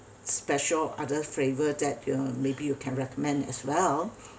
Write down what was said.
special other flavour that uh maybe you can recommend as well